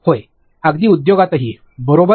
होय अगदी उद्योगातही बरोबर